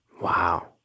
Wow